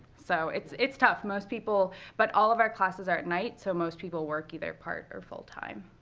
so it's it's tough. most people but all of our classes are at night, so most people work either part or full time.